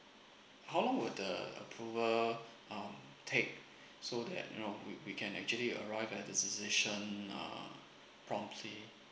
how long would the approval um take so that you know we we can actually arrive at the decision um promptly